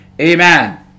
amen